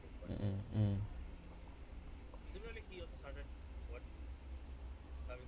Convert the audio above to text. mm mm